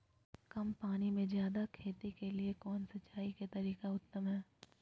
कम पानी में जयादे खेती के लिए कौन सिंचाई के तरीका उत्तम है?